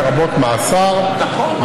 לרבות מאסר.